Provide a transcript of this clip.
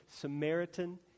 Samaritan